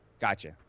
Gotcha